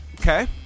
Okay